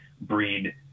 breed